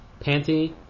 Panty